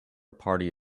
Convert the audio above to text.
party